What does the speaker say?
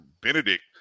Benedict